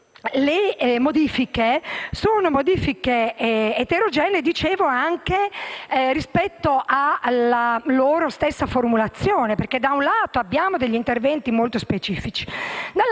Le modifiche sono inoltre eterogenee anche rispetto alla loro stessa formulazione. Da un lato abbiamo degli interventi molto specifici, dall'altro